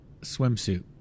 Swimsuit